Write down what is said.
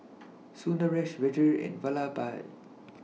Sundaresh Vedre and Vallabhbhai